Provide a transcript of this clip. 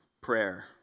prayer